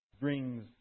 brings